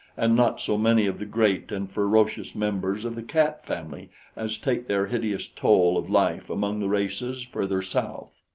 and not so many of the great and ferocious members of the cat family as take their hideous toll of life among the races further south.